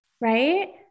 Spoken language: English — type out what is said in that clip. right